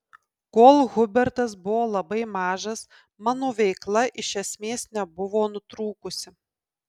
kol hubertas buvo labai mažas mano veikla iš esmės nebuvo nutrūkusi